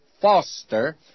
foster